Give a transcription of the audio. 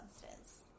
substance